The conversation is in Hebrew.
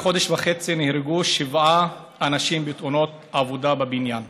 בחודש וחצי נהרגו שבעה אנשים בתאונות עבודה בבניין.